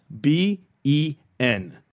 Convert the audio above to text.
B-E-N